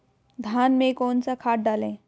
धान में कौन सा खाद डालें?